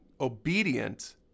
obedient